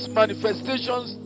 manifestations